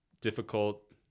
difficult